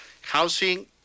housing